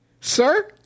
Sir